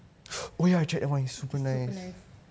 super nice